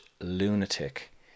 lunatic